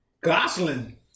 Gosling